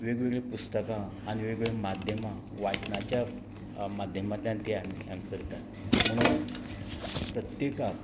वेग वेगळीं पुस्तकां आनी वेग वेगळीं माध्यमां वाचनाच्या माध्यमांतल्यान तीं आमी आम् करतात म्हुणून प्रत्येकाक